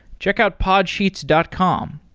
check out podsheets dot com.